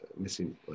missing